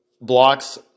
blocks